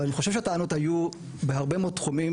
אבל אני חושב שהטענות היו בהרבה מאוד תחומים,